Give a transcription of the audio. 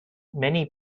many